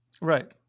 Right